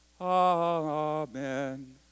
Amen